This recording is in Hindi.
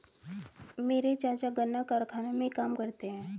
मेरे चाचा गन्ना कारखाने में काम करते हैं